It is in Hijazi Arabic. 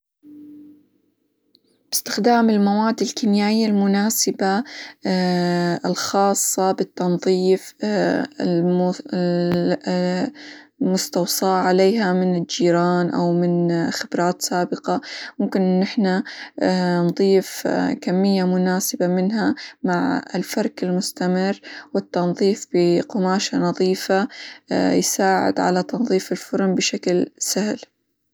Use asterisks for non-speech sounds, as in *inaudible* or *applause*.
باستخدام المواد الكيميائية المناسبة *hesitation* الخاصة بالتنظيف *hesitation* المستوصاة عليها من الجيران، أو من *hesitation* خبرات سابقة ممكن نحنا *hesitation* نضيف *hesitation* كمية مناسبة منها مع الفرك المستمر، والتنظيف بقماشة نظيفة *hesitation* يساعد على تنظيف الفرن بشكل سهل.